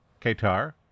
Qatar